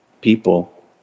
people